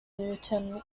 newton